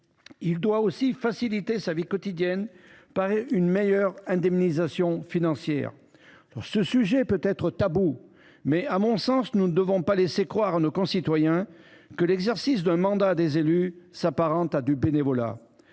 doit aussi faciliter sa vie quotidienne une meilleure indemnisation financière. Ce sujet est peut être tabou, mais, à mon sens, nous ne devons pas laisser croire à nos concitoyens que l’exercice d’un mandat d’élu s’apparente à du bénévolat.